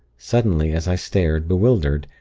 suddenly, as i stared, bewildered,